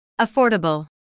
affordable